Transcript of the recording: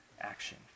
action